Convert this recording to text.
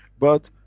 but